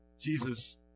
Jesus